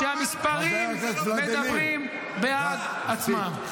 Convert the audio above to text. שהמספרים מדברים בעד עצמם.